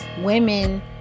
women